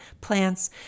plants